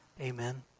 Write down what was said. Amen